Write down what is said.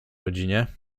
rodzinie